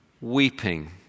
weeping